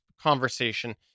conversation